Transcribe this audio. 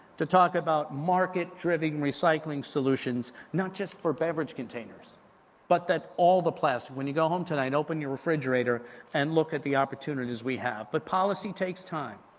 to talk about market driven recycling solutions, not just for beverage containers but that all the plastic. when you go home tonight, open your refrigerator and look at the opportunities we have. but policy takes time,